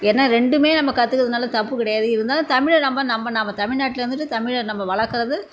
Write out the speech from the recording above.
ஏன்னால் ரெண்டுமே நம்ம கற்றுக்கிறதுனால தப்பு கிடையாது இருந்தாலும் தமிழை நம்ம நம்ப நாம் தமிழ்நாட்டில் இருந்துகிட்டு தமிழை நம்ப வளர்க்கறது